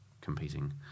competing